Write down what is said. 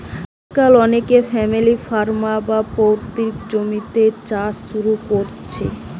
আজকাল অনেকে family farm, বা পৈতৃক জমিতে চাষ শুরু কোরছে